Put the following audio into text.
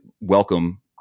welcome